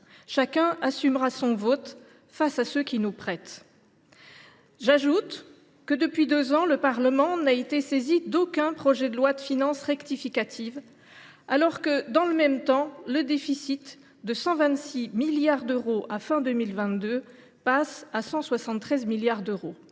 Chacun assumera son vote face à ceux qui nous prêtent. Depuis deux ans, le Parlement n’a été saisi d’aucun projet de loi de finances rectificative, alors que, dans le même temps, le déficit, de 126 milliards d’euros à la fin de 2022, passe à 173 milliards d’euros.